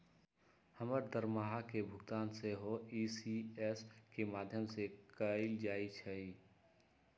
हमर दरमाहा के भुगतान सेहो इ.सी.एस के माध्यमें से कएल जाइ छइ